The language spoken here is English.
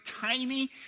tiny